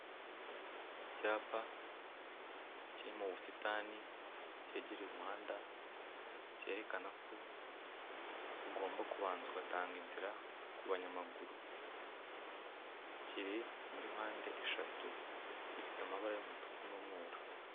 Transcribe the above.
Icyapa kiri mu busitani, cyegereye umuhanda, cyerekana ko ugomba kubanza ugatanga inzira ku banyamaguru, kiri muri mpande eshatu, gifite amabara y'umutuku n'umweru.